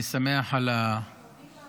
אני שמח על היכולת.